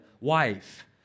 wife